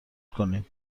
کنیم